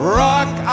rock